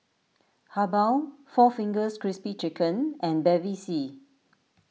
Habhal four Fingers Crispy Chicken and Bevy C